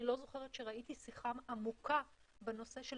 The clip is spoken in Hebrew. אני לא זוכרת שראיתי שיחה עמוקה בנושא של